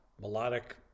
melodic